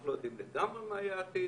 אנחנו לא יודעים לגמרי מה יהיה העתיד,